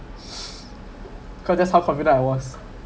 cause that how confident I was